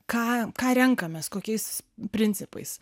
ką ką renkamės kokiais principais